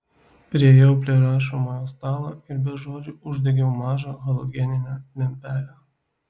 priėjau prie rašomojo stalo ir be žodžių uždegiau mažą halogeninę lempelę